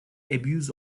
abuse